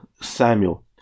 Samuel